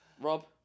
Rob